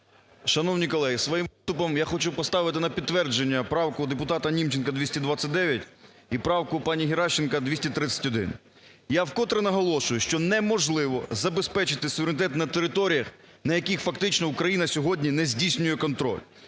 Шановні колеги, своїм виступом я хочу поставити на підтвердження правку депутата Німченка 229 і правку пані Геращенко 231. Я вкотре наголошую, що неможливо забезпечити суверенітет на територіях, на яких, фактично, Україна сьогодні не здійснює контроль.